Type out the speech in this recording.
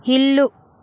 ఇల్లు